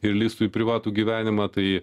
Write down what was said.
ir lįstų į privatų gyvenimą tai